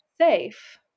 safe